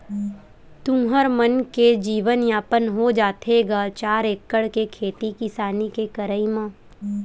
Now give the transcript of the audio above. तुँहर मन के जीवन यापन हो जाथे गा चार एकड़ के खेती किसानी के करई म?